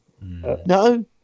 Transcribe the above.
No